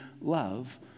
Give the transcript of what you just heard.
love